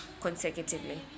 consecutively